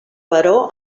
baró